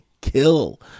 kill